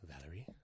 Valerie